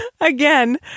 Again